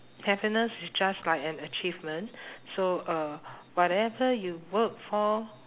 happiness is just like an achievement so uh whatever you work for